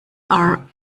are